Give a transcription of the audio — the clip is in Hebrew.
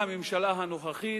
והממשלה הנוכחית,